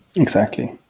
exactly.